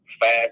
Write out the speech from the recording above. Fast